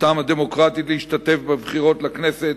זכותם הדמוקרטית להשתתף בבחירות לכנסת,